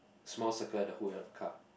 small circle at the hood of the car